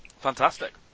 fantastic